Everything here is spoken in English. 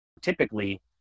typically